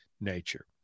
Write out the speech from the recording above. nature